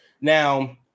Now